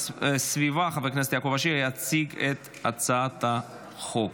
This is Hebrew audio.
שיציג את הצעת החוק